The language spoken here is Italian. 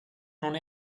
non